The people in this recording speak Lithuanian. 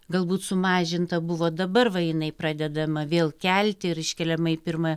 galbūt sumažinta buvo dabar va jinai pradedama vėl kelti ir iškeliama į pirmą